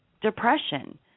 depression